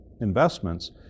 investments